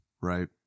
right